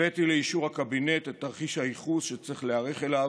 הבאתי לאישור הקבינט את תרחיש הייחוס שצריך להיערך אליו,